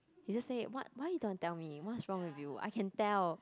he just say what why you don't wanna tell me what's wrong with you I can tell